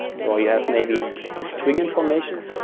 so you have maybe string information,